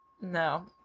No